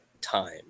time